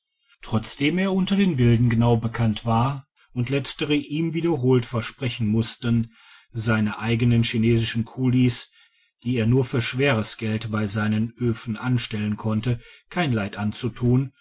trotzdem er unter den wilden genau bekannt war und letzere ihm wiederholt versprechen mussten seine eigenen chinesischen kulis die er nur für schweres geld bei seinen oefen anstellen konnte kein leid anzutun